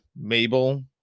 Mabel